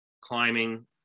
climbing